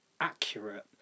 Accurate